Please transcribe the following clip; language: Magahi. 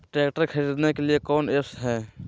ट्रैक्टर खरीदने के लिए कौन ऐप्स हाय?